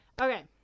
okay